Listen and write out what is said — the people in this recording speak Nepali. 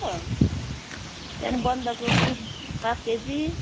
हो त्यहाँदेखि बन्दकोपी पाँच केजी